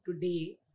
today